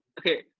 Okay